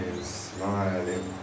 smiling